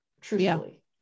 Truthfully